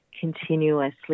continuously